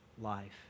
life